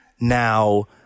Now